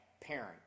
parent